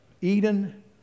Eden